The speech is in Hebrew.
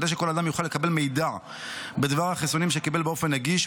כדי שכל אדם יוכל לקבל מידע בדבר החיסונים שקיבל באופן נגיש,